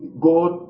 God